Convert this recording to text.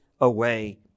away